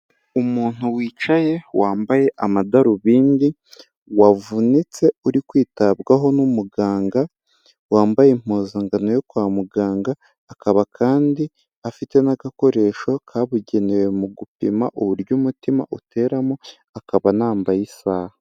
Umuntu wicaye wambaye amadarubindi, wavunitse uri kwitabwaho n'umuganga, wambaye impuzangano yo kwa muganga akaba kandi afite n'agakoresho kabugenewe mu gupima uburyo umutima uteramo, akaba anambaye isaha.